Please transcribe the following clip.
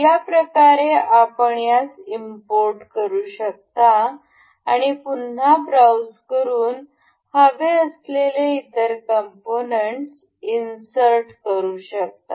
या प्रकारे आपण यास इम्पोर्ट करु शकता आणि पुन्हा ब्राउझ करून हवे असलेले इतर कॉम्पोनन्ट्स इनसर्ट करू शकता